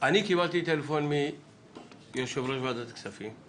אני קיבלתי טלפון מיושב-ראש ועדת הכספים,